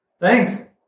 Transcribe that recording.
Thanks